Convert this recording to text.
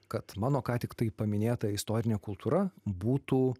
kad mano ką tik paminėta istorinė kultūra būtų